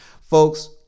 Folks